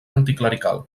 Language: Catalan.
anticlerical